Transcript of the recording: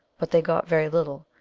but they got very little,